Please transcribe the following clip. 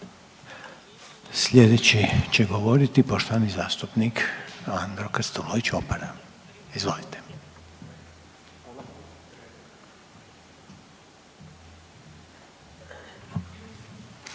Slijedeći će govoriti poštovani zastupnik Andro Krstulović Opara. Izvolite.